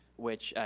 which,